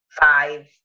five